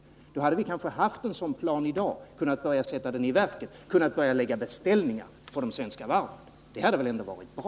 Då hade vi kanske haft en sådan plan i dag och kunnat börjat sätta den i verket och lägga beställningar på de svenska varven. Det hade väl ändå varit bra?